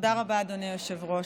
תודה רבה, אדוני היושב-ראש.